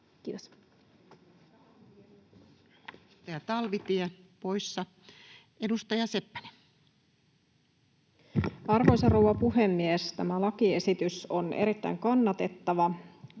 Edustaja Talvitie, poissa. — Edustaja Seppänen. Arvoisa rouva puhemies! Tämä lakiesitys on erittäin kannatettava